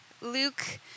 Luke